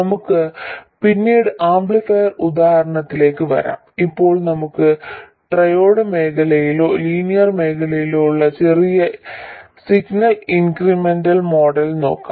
നമുക്ക് പിന്നീട് ആംപ്ലിഫയർ ഉദാഹരണത്തിലേക്ക് വരാം ഇപ്പോൾ നമുക്ക് ട്രയോഡ് മേഖലയിലോ ലീനിയർ മേഖലയിലോ ഉള്ള ചെറിയ സിഗ്നൽ ഇൻക്രിമെന്റൽ മോഡൽ നോക്കാം